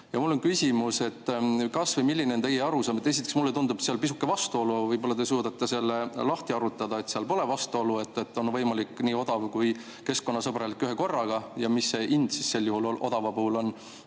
Mul on küsimus, milline on teie arusaam. Esiteks, mulle tundub, seal on pisuke vastuolu, aga võib-olla te suudate selle lahti harutada, et seal pole vastuolu, et on võimalik nii odav kui ka keskkonnasõbralik ühekorraga. Aga mis see hind sel juhul odava puhul on?